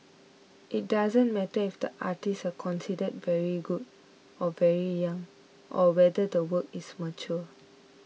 it doesn't matter if the artists are considered very good or very young or whether the work is mature